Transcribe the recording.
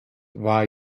war